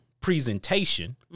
presentation